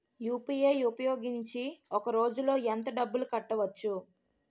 UPI ఉపయోగించి ఒక రోజులో ఎంత డబ్బులు కట్టవచ్చు?